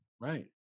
Right